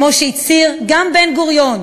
כמו שהצהיר גם בן-גוריון,